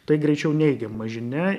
tai greičiau neigiama žinia